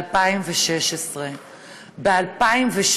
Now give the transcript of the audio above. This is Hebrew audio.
ב-2017,